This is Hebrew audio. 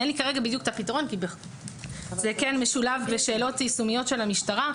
אין לי כרגע בדיוק את הפתרון כי זה כן משולב בשאלות יישומיות של המשטרה.